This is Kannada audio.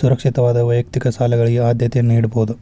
ಸುರಕ್ಷಿತವಾದ ವೈಯಕ್ತಿಕ ಸಾಲಗಳಿಗೆ ಆದ್ಯತೆ ನೇಡಬೋದ್